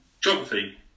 geography